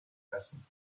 façon